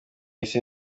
isi